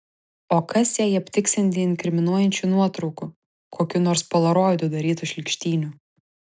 o kas jei aptiksianti inkriminuojančių nuotraukų kokių nors polaroidu darytų šlykštynių